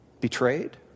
betrayed